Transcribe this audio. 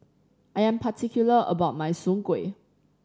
I am particular about my Soon Kuih